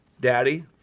Daddy